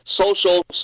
social